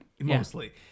mostly